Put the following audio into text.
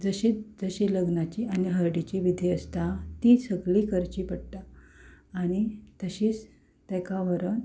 जशी जशी लग्नाची आनी हळदिची विधी आसता ती सगळी करची पडटा आनी तशीच ताका व्हरून